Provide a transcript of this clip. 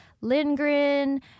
Lindgren